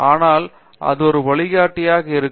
ஆனால் அது ஒரு வழிகாட்டியாக இருக்கும்